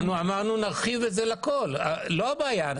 אמרנו: נרחיב את זה לכול, זאת לא הבעיה.